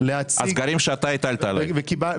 הסגרים שאתה הטלת על המדינה.